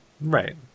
Right